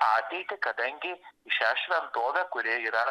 ateitį kadangi į šią šventovę kuri yra